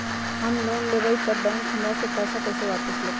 हम लोन लेलेबाई तब बैंक हमरा से पैसा कइसे वापिस लेतई?